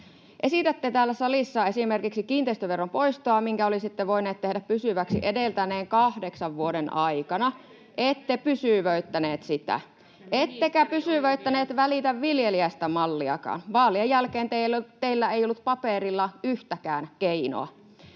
Esitätte täällä salissa esimerkiksi kiinteistöveron poistoa, minkä olisitte voineet tehdä pysyväksi edeltäneen kahdeksan vuoden aikana. Ette pysyvöittäneet sitä, ettekä pysyvöittäneet Välitä viljelijästä ‑malliakaan. Vaalien jälkeen teillä ei ollut paperilla yhtäkään keinoa.